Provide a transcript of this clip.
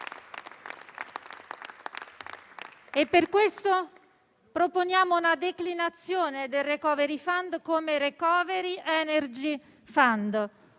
Per questo proponiamo una declinazione del *recovery fund* come *recovery energy fund*: